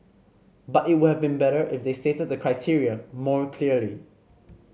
but it would have been better if they stated the criteria more clearly